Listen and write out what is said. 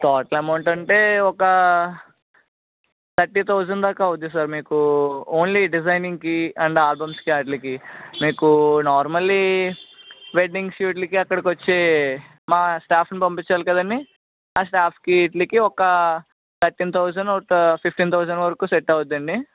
total amount అంటే ఒక thirty thousand దాకా అవుతుంది సార్ మీకు ఓన్లీ డిజైనింగ్కి అండ్ ఆల్బమ్స్కి వాటిలకి మీకు నార్మల్లీ వెడ్డింగ్ షూట్లకి అక్కడికొచ్చే మా స్టాఫ్ని పంపించాలి కదండీ ఆ స్టాఫ్కి వీటిలకి ఒక తర్టీన్ తౌసండ్ ఒక ఫిఫ్టీన్ తౌసండ్ వరకు సెట్ అవుద్దండి